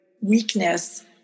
weakness